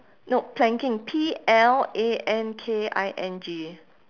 no planking P L A N K I N G